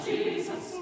Jesus